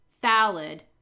valid